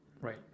Right